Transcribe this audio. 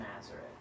Nazareth